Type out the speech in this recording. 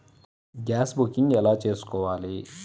Gas booking ఎలా చేసుకోవాలి?